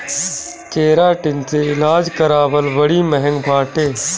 keratin से इलाज करावल बड़ी महँग बाटे